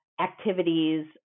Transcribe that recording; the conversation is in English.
activities